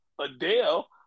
Adele